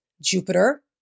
Jupiter